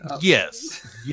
Yes